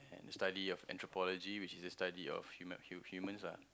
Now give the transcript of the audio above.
study of anthropology which is the study of human humans ah